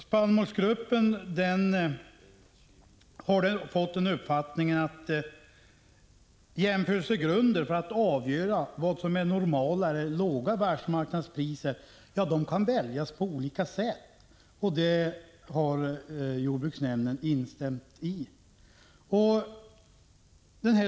Spannmålsgruppen har fått uppfattningen att ”jämförelsegrunder för att avgöra vad som är normala eller låga världsmarknadspriser kan väljas på olika sätt”. Detta har jordbruksnämnden instämt i.